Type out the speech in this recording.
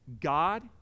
God